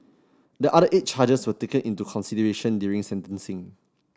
the other eight charges were taken into consideration during sentencing